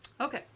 Okay